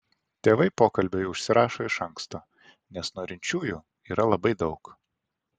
tėvai pokalbiui užsirašo iš anksto nes norinčiųjų yra labai daug